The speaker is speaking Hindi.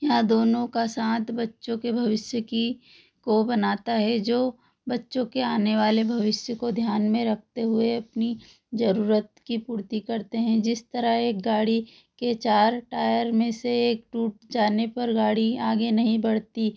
यहाँ दोनों का साथ बच्चों के भविष्य की को बनाता है जो बच्चों के आने वाले भविष्य को ध्यान में रखते हुए अपनी ज़रूरत की पूर्ति करते हैं जिस तरह एक गाड़ी के चार टायर में से एक टूट जाने पर गाड़ी आगे नहीं बढ़ती